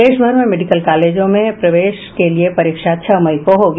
देश भर में मेडिकल कॉलेजों में प्रवेश के लिए परीक्षा छह मई को होगी